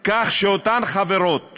כך שאותן החברות